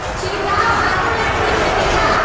छिड़काव आलू ला ठीक रही का?